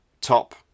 top